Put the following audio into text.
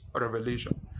revelation